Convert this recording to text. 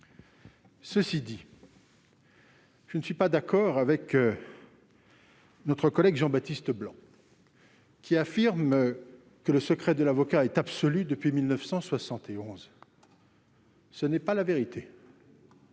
Cela dit, je ne suis pas d'accord avec notre collègue Jean-Baptiste Blanc lorsqu'il affirme que le secret de l'avocat est absolu depuis 1971. Telle n'est pas la vérité